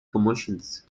commercials